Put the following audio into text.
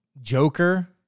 joker